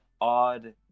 odd